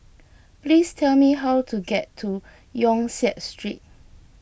please tell me how to get to Yong Siak Street